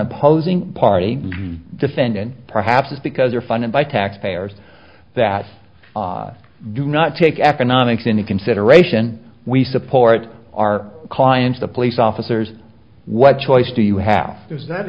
opposing party defendant perhaps it's because they are funded by taxpayers that do not take economics into consideration we support our clients the police officers what choice do you have